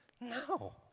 No